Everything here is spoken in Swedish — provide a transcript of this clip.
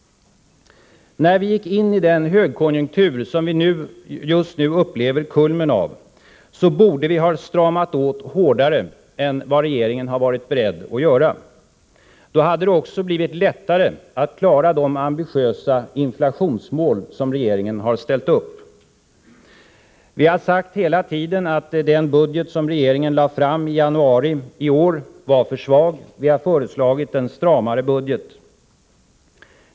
När vi gick in i den högkonjunktur som vi just nu upplever kulmen av borde vi ha stramat åt hårdare än vad regeringen har varit beredd att göra. Då hade det också blivit lättare att klara de ambitiösa inflationsmål som regeringen har ställt upp. Vi har hela tiden sagt att den budget som regeringen lade fram i januari i år var för svag. Vi har föreslagit en stramare budget.